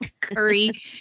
Curry